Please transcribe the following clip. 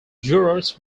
jurors